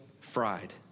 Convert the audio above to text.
fried